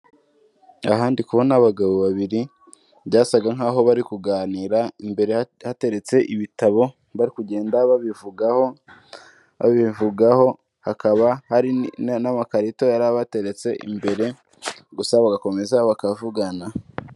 Ahandi kubona abagabo babiri byasaga nk'aho bari kuganira, imbere bateretse ibitabo bari kugenda babivugaho babivugaho hakaba hari n'amakarito yari abateretse imbere gusa bagakomeza bakavugana.